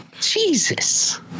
Jesus